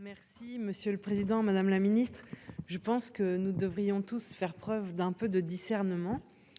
Merci, monsieur le Président Madame la Ministre je pense que nous devrions tous faire preuve d'un peu de discernement.